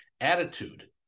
attitude